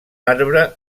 arbre